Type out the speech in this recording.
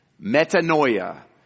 Metanoia